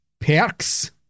Perks